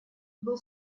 был